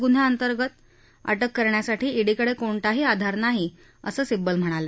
गुन्ह्याअंतर्गत अटक करण्यासाठी ईडीकडे कोणताही आधार नाही असं सिब्बल म्हणाले